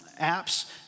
apps